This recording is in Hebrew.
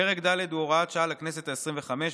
פרק ד' הוא הוראת שעה לכנסת העשרים-וחמש.